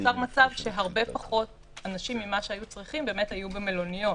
נוצר מצב שהרבה פחות אנשים ממה שהיו צריכים היו במלוניות.